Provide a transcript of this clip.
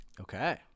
Okay